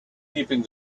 keeping